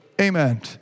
Amen